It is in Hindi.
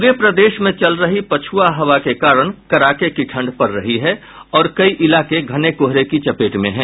पूरे प्रदेश में चल रही पछुआ हवा के कारण कड़ाके की ठंड पड़ रही है और कई इलाके घने कोहरे की चपेट में हैं